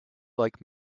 like